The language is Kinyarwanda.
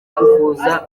kuvuza